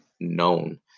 known